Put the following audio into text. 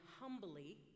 humbly